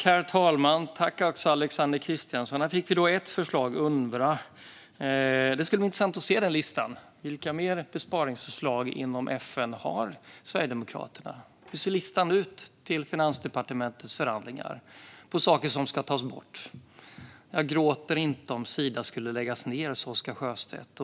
Herr talman! Här fick vi ett förslag: UNRWA. Det ska bli intressant att se Sverigedemokraternas lista över ytterligare besparingsförslag gällande FN. Hur ser listan över saker som ska tas bort ut inför Finansdepartementets förhandlingar? Jag gråter inte om Sida skulle läggas ned, sa Oscar Sjöstedt.